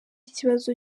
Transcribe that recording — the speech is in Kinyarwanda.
ikibazo